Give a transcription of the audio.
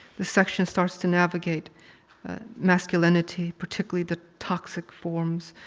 the section starts to navigate masculinity, particularly the toxic forms,